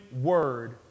word